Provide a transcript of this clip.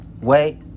Wait